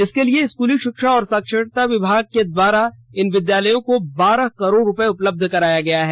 इसके लिए स्कली शिक्षा तथा साक्षरता विभाग के द्वारा इन विदालयों को बारह करोड रुपए उपलब्ध कराया गया है